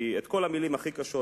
כי כל המלים הכי קשות,